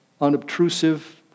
unobtrusive